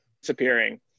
disappearing